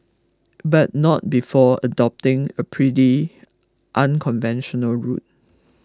but not before adopting a pretty unconventional route